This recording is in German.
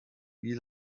wie